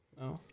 no